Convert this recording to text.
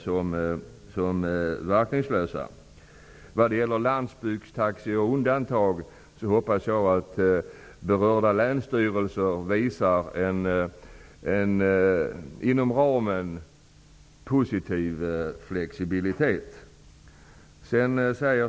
Vad gäller undantag för landsbygdstaxi hoppas jag att berörda länsstyrelser visar en positiv flexibilitet.